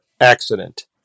accident